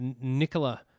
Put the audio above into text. Nicola